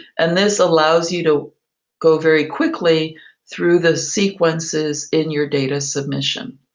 and this allows you to go very quickly through the sequences in your data submission.